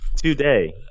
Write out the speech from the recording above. today